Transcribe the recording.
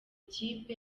kipe